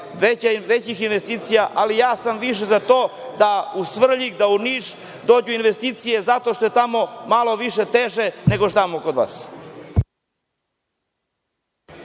većih investicija, ali ja sam više za to da u Svrljig, da u Nišu dođu investicije zato što je tamo malo više teže, nego tamo kod vas.